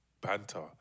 banter